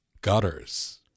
gutters